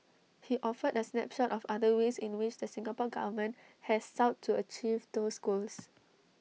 he offered A snapshot of other ways in which the Singapore Government has sought to achieve those goals